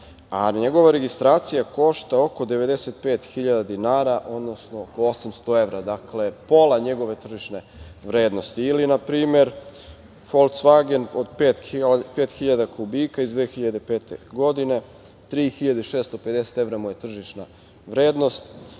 a njegova registracija košta oko 95.000 dinara, odnosno oko 800 evra. dakle, pola njegove tržišne vrednosti. Ili na primer „folcvagen“ od 5.000 kubika iz 2005. godine, 3.650 evra mu je tržišna vrednost,